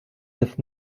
neuf